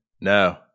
No